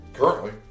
currently